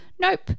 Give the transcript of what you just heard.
Nope